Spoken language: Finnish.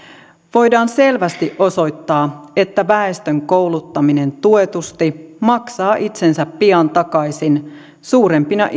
voidaan selvästi osoittaa että väestön kouluttaminen tuetusti maksaa itsensä pian takaisin suurempina